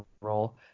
role